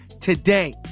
today